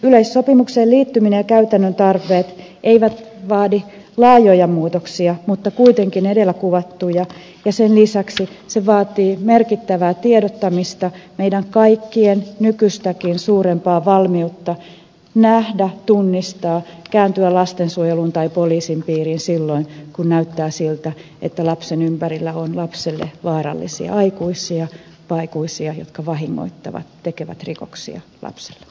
yleissopimukseen liittyminen ja käytännön tarpeet eivät vaadi laajoja muutoksia mutta kuitenkin edellä kuvattuja ja niiden lisäksi ne vaativat merkittävää tiedottamista meidän kaikkien nykyistäkin suurempaa valmiutta nähdä tunnistaa kääntyä lastensuojelun tai poliisin puoleen silloin kun näyttää siltä että lapsen ympärillä on lapselle vaarallisia aikuisia aikuisia jotka vahingoittavat tekevät rikoksia lapselle